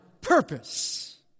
purpose